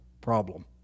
problem